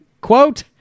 quote